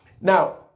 Now